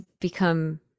become